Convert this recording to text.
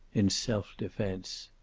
in self defense.